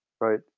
right